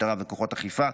משטרה וכוחות אכיפה,